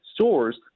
stores